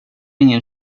ingen